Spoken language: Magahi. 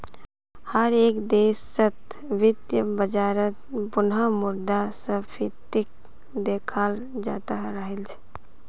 हर एक देशत वित्तीय बाजारत पुनः मुद्रा स्फीतीक देखाल जातअ राहिल छे